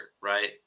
right